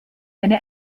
eine